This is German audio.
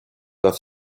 auf